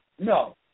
No